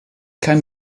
keinen